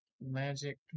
Magic